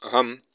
अहम्